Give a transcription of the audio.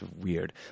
weird